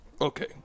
Okay